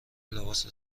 لباس